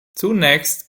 zunächst